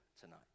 tonight